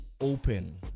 open